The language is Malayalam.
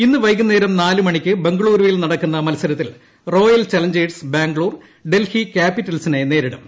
ഇന്ന് വൈകുന്നേരം നാല് മണിക്ക് ബംഗളുരുവിൽ നടക്കുന്ന മത്സരത്തിൽ റോയൽ ചലഞ്ചേഴ്സ് ബാംഗ്ലൂർ ഡെൽഹി ക്യാപിറ്റൽസിനെ നേരിടും